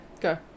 go